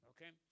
Okay